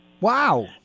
Wow